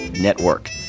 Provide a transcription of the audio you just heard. Network